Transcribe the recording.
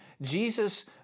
Jesus